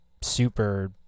super